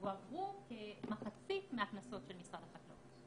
שהועברו כמחצית מהקנסות של משרד החקלאות,